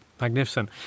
Magnificent